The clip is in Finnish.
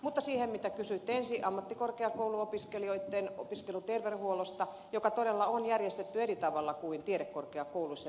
mutta siihen mitä kysyitte ensin ammattikorkeakouluopiskelijoitten opiskeluterveydenhuollosta joka on todella järjestetty eri tavalla kuin tiedekorkeakouluissa eli yliopistoissa